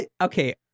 Okay